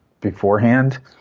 beforehand